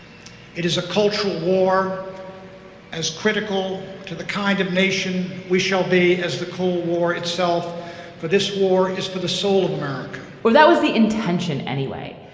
it is a cultural war as critical to the kind of nation we shall be as the cold war itself for this war is for the soul of america well that was the intention anyway.